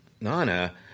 nana